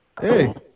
Hey